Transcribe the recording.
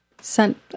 sent